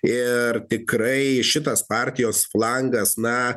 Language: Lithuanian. ir tikrai šitas partijos flangas na